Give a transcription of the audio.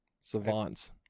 Savants